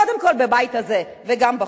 קודם כול בבית הזה וגם בחוץ.